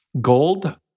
gold